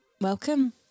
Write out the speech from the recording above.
Welcome